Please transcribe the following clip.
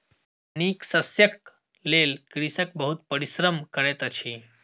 नीक शस्यक लेल कृषक बहुत परिश्रम करैत अछि